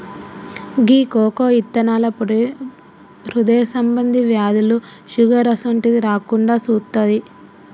గీ cocoa ఇత్తనాల పొడి హృదయ సంబంధి వ్యాధులు, షుగర్ అసోంటిది రాకుండా సుత్తాది